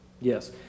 Yes